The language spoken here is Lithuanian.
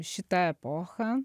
šitą epochą